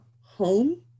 home